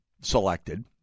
selected